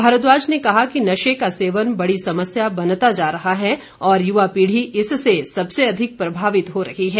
भारद्वाज ने कहा कि नशे का सेवन बड़ी समस्या बनता जा रहा है और युवा पीढ़ी इससे सबसे अधिक प्रभावित हो रही है